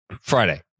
Friday